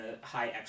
high